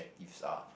~ives are